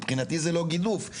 מבחינתי זה לא גידוף.